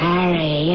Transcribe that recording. Harry